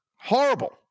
Horrible